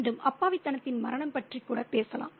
மீண்டும் அப்பாவித்தனத்தின் மரணம் பற்றி கூட பேசலாம்